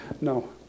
no